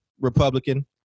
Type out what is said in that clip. Republican